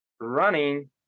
running